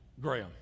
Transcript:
Graham